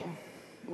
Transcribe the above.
אני פונה